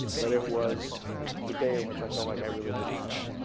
but it was the day in which i felt like i really did my job.